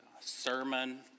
sermon